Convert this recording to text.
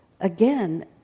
again